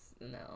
no